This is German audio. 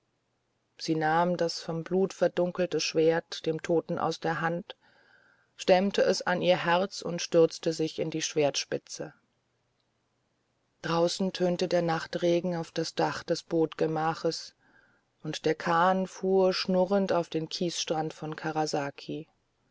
sie nahm das vom blut verdunkelte schwert dem toten aus der hand stemmte es an ihr herz und stürzte sich in die schwertspitze draußen tönte der nachtregen auf das dach des bootgemaches und der kahn fuhr schurrend auf den kiesstrand von karasaki